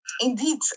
indeed